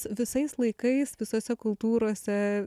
visais laikais visose kultūrose